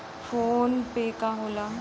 PhonePe का होला?